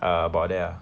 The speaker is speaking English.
uh about there lah